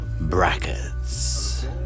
brackets